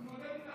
להתמודד.